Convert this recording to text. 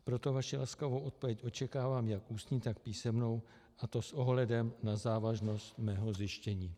Proto vaši laskavou odpověď očekávám jak ústní, tak písemnou, a to s ohledem na závažnost mého zjištění.